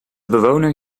bewoner